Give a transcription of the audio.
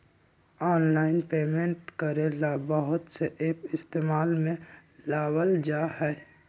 online payment करे ला बहुत से एप इस्तेमाल में लावल जा हई